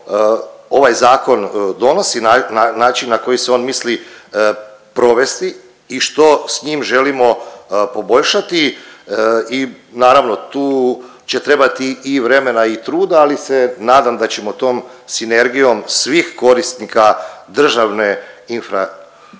ovaj zakon donosi, način na koji se on misli provesti i što s njim želimo poboljšati. Naravno tu će trebati i vremena i truda, ali se nadam da ćemo tom sinergijom svih korisnika državne infrastrukture